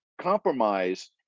compromise